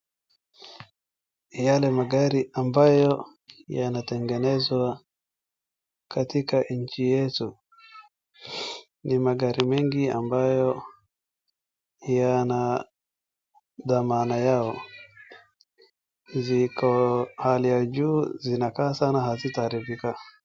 Yale magari ambayo yanatengenezwa katika nchi yetu ni magari mengi ambayo yana dhamana yao ziko hali ya juu, zinakaa sana hazitaharibika.